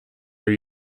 are